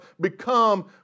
become